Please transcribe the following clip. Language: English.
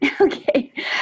Okay